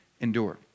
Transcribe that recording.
endure